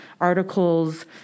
articles